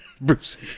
Bruce